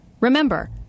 Remember